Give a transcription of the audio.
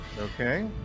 Okay